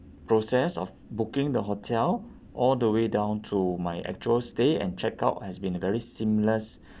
process of booking the hotel all the way down to my actual stay and check out has been very seamless